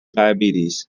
diabetes